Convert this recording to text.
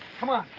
come on.